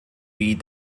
wie